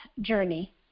journey